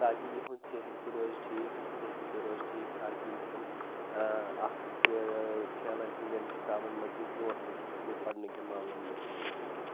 تاکہِ یِہُنٛد صحت تہِ روزِ ٹھیٖک ذہن تہِ روزِ ٹھیٖک تاکہِ یِم ہیٚکٮ۪ن اکھ کھیلَن ہِنٛدٮ۪ن حِسابَن منٛز تہِ برٛونٛٹھ پٔکِتھ تہٕ بیٚیہِ پَرنٕکٮ۪ن معاملَن منٛز تہِ برٛونٛٹھ پٔکِتھ